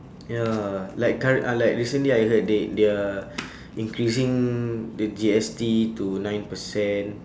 ya like current ah like recently I heard they they are increasing the G_S_T to nine percent